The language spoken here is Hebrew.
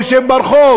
הוא ישב ברחוב.